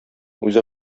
үзе